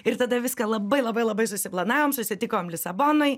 ir tada viską labai labai labai susiplanavom susitikom lisabonoj